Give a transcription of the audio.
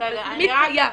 אבל זה תמיד קיים.